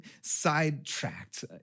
sidetracked